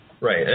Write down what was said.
Right